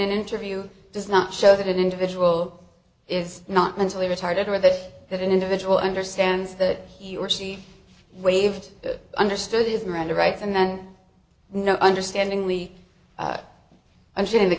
interview does not show that an individual is not mentally retarded or that that an individual understands that he or she waived understood his miranda rights and then no understandingly i'm saying the